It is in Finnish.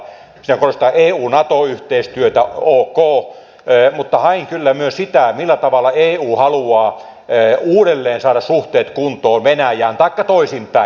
siinä korostetaan eunato yhteistyötä ok mutta hain kyllä myös sitä millä tavalla eu haluaa uudelleen saada suhteet kuntoon venäjään taikka toisinpäin